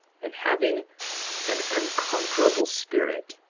and having an unconquerable spirit,